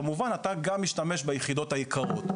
כמובן אתה גם משתמש ביחידות היקרות,